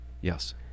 Yes